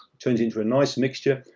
turns into a nice mixture,